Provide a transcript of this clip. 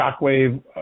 shockwave